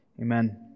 Amen